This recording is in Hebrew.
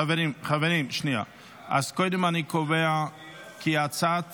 חברים, אז קודם אני קובע כי הצעת